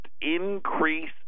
increase